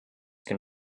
can